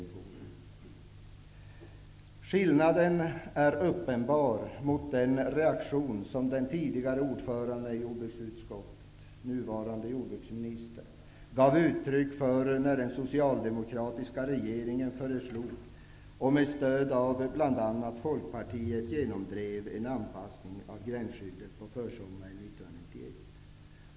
Detta skiljer sig uppenbart från den reaktion som den tidigare ordföranden i jordbruksutskottet -- nuvarande jordbruksministern -- gav uttryck för när den socialdemokratiska regeringen på försommaren 1991 föreslog och med stöd av bl.a. Folkpartiet genomdrev en anpassning av gränsskyddet.